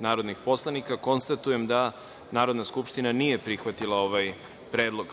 narodna poslanika. Konstatujem da Narodna skupština nije prihvatila ovaj predlog.